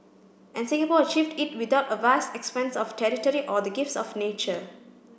and Singapore achieved it without a vast expanse of territory or the gifts of nature